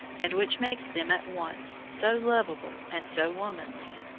and which makes them at once so lovable and so womanly.